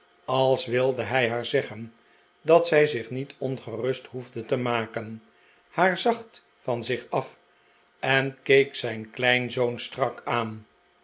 als wilde hij haar zeggen dat zij zich niet ongerust hoefde te maken haar zacht van zich af en keek zijn kleinzoon strak a